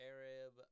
Arab